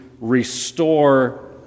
restore